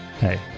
hey